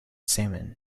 salmon